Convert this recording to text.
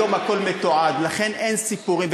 היום הכול מתועד, לכן אין סיפורים.